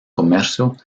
comercio